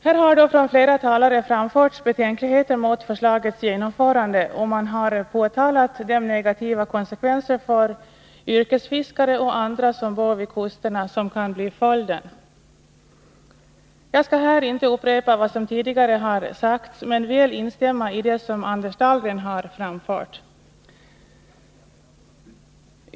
Här har från flera talare framförts betänkligheter mot förslagets genomförande, och man har påtalat de negativa konsekvenser för yrkesfiskare och andra som bor vid kusterna som kan bli följden. Jag skall här inte upprepa vad som tidigare har sagts men väl instämma i det som Anders Dahlgren har framfört.